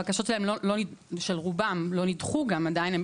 הבקשות של רובם לא נדחו גם עדיין,